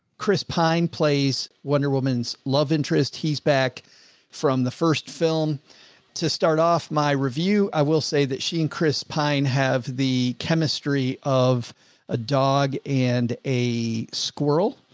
chris pine plays wonder woman's love interest. he's back from the first film to start off my review. i will say that she and chris pine have the chemistry of a dog and a squirrel.